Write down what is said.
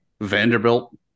Vanderbilt